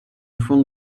front